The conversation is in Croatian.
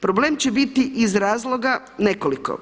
Problem će biti iz razloga nekoliko.